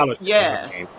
yes